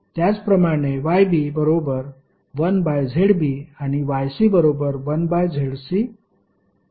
त्याचप्रमाणे YB बरोबर 1 by ZB आणि YC बरोबर 1 बाय ZC आहे